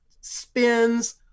spins